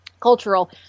cultural